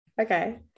Okay